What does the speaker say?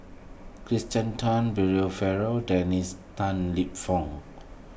Kirsten Tan Brian Farrell Dennis Tan Lip Fong